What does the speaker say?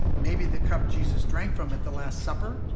maybe the cup jesus drank from at the last supper,